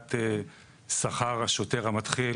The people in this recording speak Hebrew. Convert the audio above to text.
העלאת שכר השוטר המתחיל,